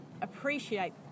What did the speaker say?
appreciate